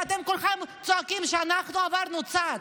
ואתם כולכם צועקים שאנחנו עברנו צד.